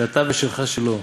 שאתה ושלך שלו,